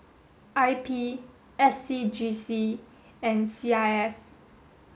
I P S C G C and C I S